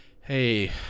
Hey